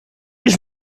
ich